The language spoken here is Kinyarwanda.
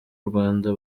rwanda